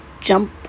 jump